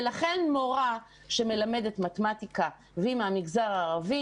ולכן מורה שמלמדת מתמטיקה והיא מהמגזר הערבי,